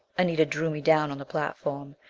anita drew me down on the platform.